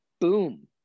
boom